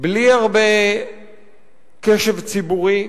בלי הרבה קשב ציבורי,